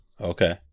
Okay